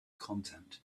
content